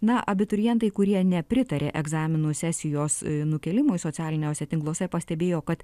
na abiturientai kurie nepritarė egzaminų sesijos nukėlimui socialiniuose tinkluose pastebėjo kad